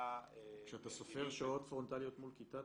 כשאתה סופר שעות פרונטליות מול כיתה ,